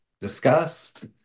discussed